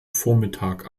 vormittag